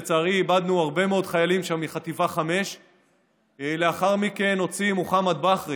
לצערי איבדנו הרבה מאוד חיילים שם מחטיבה 5. לאחר מכן הוציא מוחמד בכרי